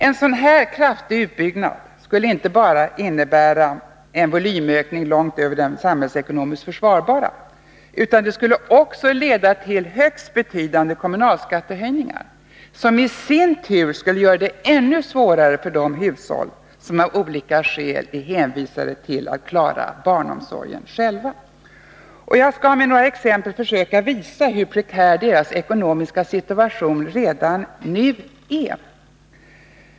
En sådan här kraftig utbyggnad skulle inte bara innebära en volymökning långt över det samhällsekonomiskt försvarbara, utan det skulle också leda till högst betydande kommunalskattehöjningar, som i sin tur skulle göra det ännu svårare för de hushåll som av olika skäl är hänvisade till att klara barnomsorgen själva. Jag skall med några exempel försöka visa hur prekär deras ekonomiska situation redan nu är.